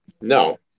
No